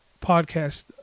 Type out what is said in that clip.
podcast